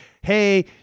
hey